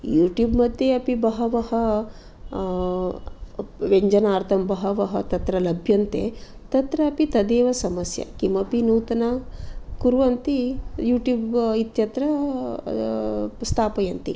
YouTube मद्ये बहवः व्यञ्जनार्थं तत्र बहवः लभ्यन्ते तत्रापि तदेव समस्या किमपि नूतन कुर्वन्ति यूट्य़ूब् इत्यत्र स्थापयन्ति